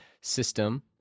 system